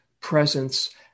presence